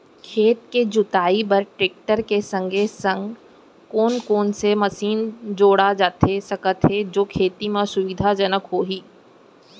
खेत के जुताई बर टेकटर के संगे संग कोन कोन से मशीन जोड़ा जाथे सकत हे जो खेती म सुविधाजनक होही?